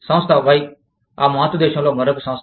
సంస్థ Y ఆ మాతృ దేశంలో మరొక సంస్థ